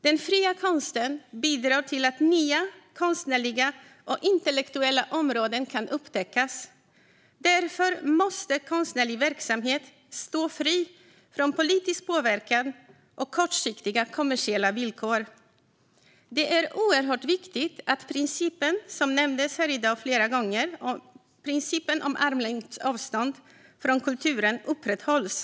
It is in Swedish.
Den fria konsten bidrar till att nya konstnärliga och intellektuella områden kan upptäckas. Därför måste konstnärlig verksamhet stå fri från politisk påverkan och kortsiktiga kommersiella villkor. Det är oerhört viktigt att principen om armlängds avstånd till kulturen, som har nämnts här i dag flera gånger, upprätthålls.